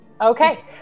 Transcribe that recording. Okay